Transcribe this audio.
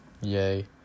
Yay